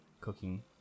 cooking